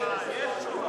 הצבעה, יש תשובה.